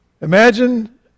Imagine